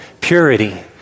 purity